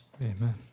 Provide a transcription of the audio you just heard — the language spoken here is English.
Amen